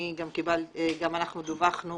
אני דווחנו